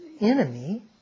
enemy